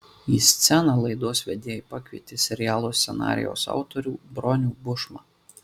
į sceną laidos vedėjai pakvietė serialo scenarijaus autorių bronių bušmą